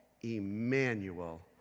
Emmanuel